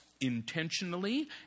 intentionally